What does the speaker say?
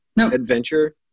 adventure